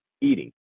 eating